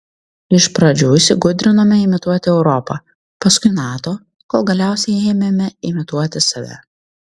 iš pradžių įsigudrinome imituoti europą paskui nato kol galiausiai ėmėme imituoti save